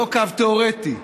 לא קו תיאורטי,